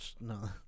No